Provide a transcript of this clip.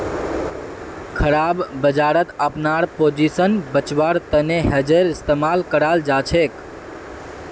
खराब बजारत अपनार पोजीशन बचव्वार तने हेजेर इस्तमाल कराल जाछेक